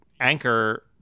anchor